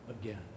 again